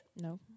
No